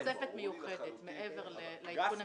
תוספת מיוחדת מעבר לעדכון המדדי.